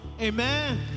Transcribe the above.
amen